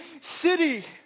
city